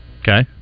Okay